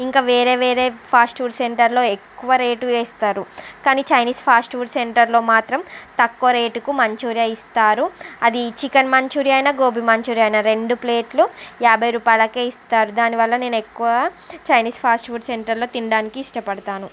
ఇంక వేరే వేరే ఫాస్ట్ ఫుడ్ సెంటర్లో ఎక్కువ రేటు వేస్తారు కానీ చైనీస్ ఫాస్ట్ ఫుడ్ సెంటర్లో మాత్రం తక్కువ రేటుకు మంచూరియా ఇస్తారు అది చికెన్ మంచూరియా అయినా గోబీ మంచూరియా అయినా రెండు ప్లేట్లు యాభై రూపాయలకే ఇస్తారు దానివల్ల నేను ఎక్కువ చైనీస్ ఫాస్ట్ ఫుడ్ సెంటర్లో తినడానికి ఇష్టపడుతాను